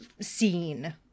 scene